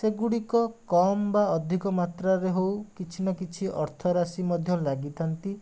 ସେଗୁଡ଼ିକ କମ୍ ବା ଅଧିକ ମାତ୍ରାରେ ହେଉ କିଛିନା କିଛି ଅର୍ଥ ରାଶି ମଧ୍ୟ ଲାଗିଥାନ୍ତି